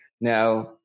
Now